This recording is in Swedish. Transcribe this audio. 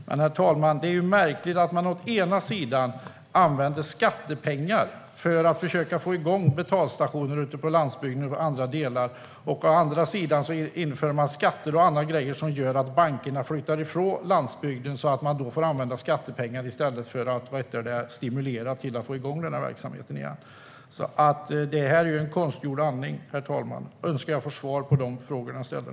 Det är dock märkligt, herr talman, att man å ena sidan använder skattepengar för att försöka få igång betalstationer ute på landsbygden och å andra sidan inför skatter och annat som gör att bankerna flyttar ifrån landsbygden så att man får använda skattepengar för att stimulera till att få igång denna verksamhet igen. Detta är konstgjord andning, herr talman! Jag önskar att jag denna gång får svar på de frågor som jag ställde.